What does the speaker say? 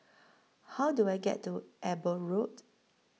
How Do I get to Eber Road